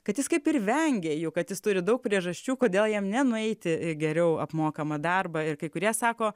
kad jis kaip ir vengia kad jis turi daug priežasčių kodėl jam nenueiti į geriau apmokamą darbą ir kai kurie sako